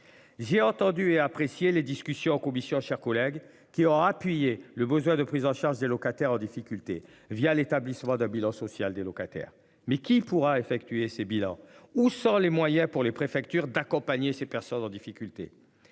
J'ai entendu et apprécier les discussions en commission chers collègues qui aura appuyé le besoin de prise en charge des locataires en difficulté via l'établissement d'un bilan social des locataires, mais qui pourra effectuer ces bilans ou sans les moyens pour les préfectures d'accompagner ces personnes en difficulté.